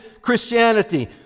Christianity